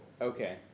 Okay